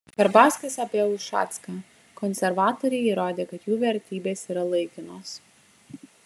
karbauskis apie ušacką konservatoriai įrodė kad jų vertybės yra laikinos